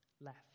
left